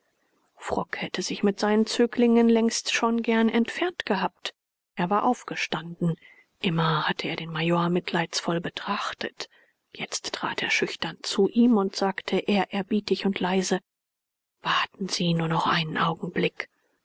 frock hätte sich mit seinen zöglingen längst schon gern entfernt gehabt er war aufgestanden immer hatte er den major mitleidsvoll betrachtet jetzt trat er schüchtern zu ihm und sagte ehrerbietig und leise warten sie nur noch einen augenblick